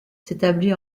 s’établit